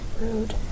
Rude